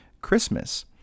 Christmas